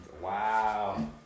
Wow